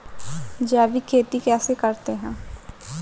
जैविक खेती कैसे करते हैं?